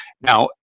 Now